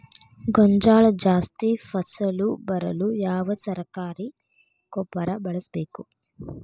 ಗೋಂಜಾಳ ಜಾಸ್ತಿ ಫಸಲು ಬರಲು ಯಾವ ಸರಕಾರಿ ಗೊಬ್ಬರ ಬಳಸಬೇಕು?